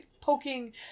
poking